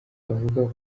avuga